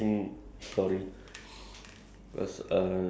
oh this one is like quite a fun intere~ fun like